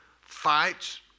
fights